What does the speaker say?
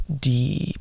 deep